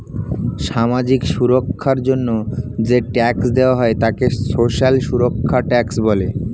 সামাজিক সুরক্ষার জন্য যে ট্যাক্স দেওয়া হয় তাকে সোশ্যাল সুরক্ষা ট্যাক্স বলে